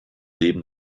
leben